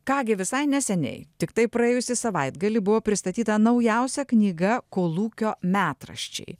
ką gi visai neseniai tiktai praėjusį savaitgalį buvo pristatyta naujausia knyga kolūkio metraščiai